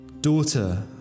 Daughter